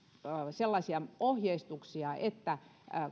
sellaisia ohjeistuksia että